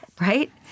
right